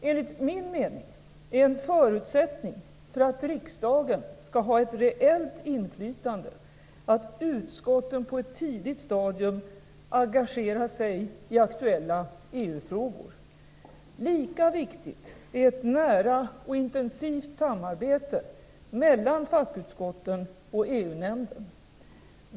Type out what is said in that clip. Enligt min mening är en förutsättning för att riksdagen skall ha ett reellt inflytande att utskotten på ett tidigt stadium engagerar sig i aktuella EU-frågor. Lika viktigt är ett nära och intensivt samarbete mellan fackutskotten och EU-nämnden.